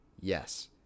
Yes